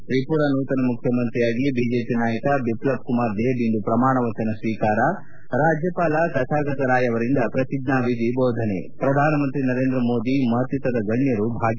ತ್ರಿಪುರಾದ ನೂತನ ಮುಖ್ಯಮಂತ್ರಿಯಾಗಿ ಬಿಜೆಪಿ ನಾಯಕ ಬಿಫ್ಲಬ್ ಕುಮಾರ್ ದೇಬ್ ಇಂದು ಪ್ರಮಾಣವಚನ ಸ್ವೀಕಾರ ರಾಜ್ಯಪಾಲ ತಥಾಗತ ರಾಯ್ ಅವರಿಂದ ಪ್ರತಿಜ್ವಾನಿಧಿ ಬೋಧನೆ ಪ್ರಧಾನಮಂತ್ರಿ ನರೇಂದ್ರ ಮೋದಿ ಮತ್ತಿತರ ಗಣ್ಣರು ಭಾಗಿ